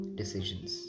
decisions